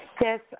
Yes